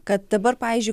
kad dabar pavyzdžiui